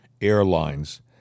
airlines